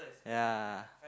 ya